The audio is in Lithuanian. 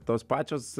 tos pačios